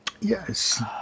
Yes